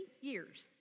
years